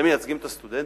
אתם מייצגים את הסטודנטים?